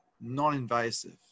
non-invasive